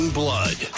blood